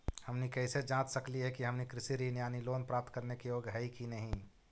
हमनी कैसे जांच सकली हे कि हमनी कृषि ऋण यानी लोन प्राप्त करने के योग्य हई कि नहीं?